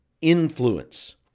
influence